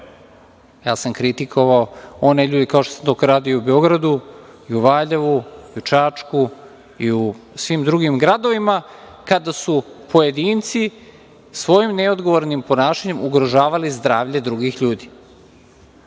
ja sam kritikovao one ljude, kao što sam to radio u Beogradu, i u Valjevu, i u Čačku i u svim drugim gradovima, kada su pojedinci svojim neodgovornim ponašanjem ugrožavali zdravlje drugih ljudi